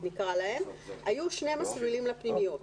היו שני מסלולים לפנימיות.